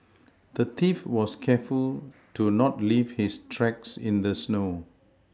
the thief was careful to not leave his tracks in the snow